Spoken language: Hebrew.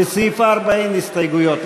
לסעיף 4 אין הסתייגויות.